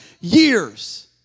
years